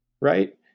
right